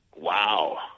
Wow